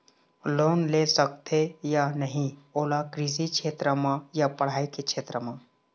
Loan ले सकथे या नहीं ओला कृषि क्षेत्र मा या पढ़ई के क्षेत्र मा?